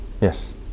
Yes